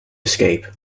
escape